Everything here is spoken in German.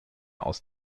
aus